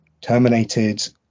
terminated